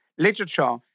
literature